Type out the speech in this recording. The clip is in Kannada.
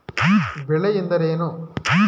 ಬೆಳೆ ಎಂದರೇನು?